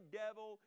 devil